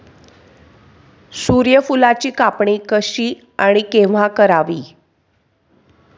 सूर्यफुलाची कापणी कशी आणि केव्हा करावी?